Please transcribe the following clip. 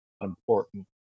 important